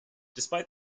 despite